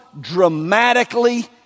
dramatically